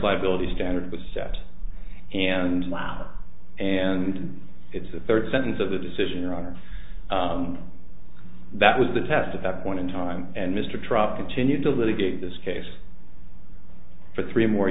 liability standard was set and wow and it's the third sentence of the decision your honor that was the test at that point in time and mr trump continued to litigate this case for three more